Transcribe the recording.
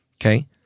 okay